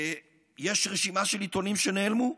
יש רשימת עיתונים שנעלמו: